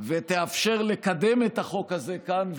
ותאפשר לקדם את החוק הזה כאן,